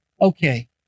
okay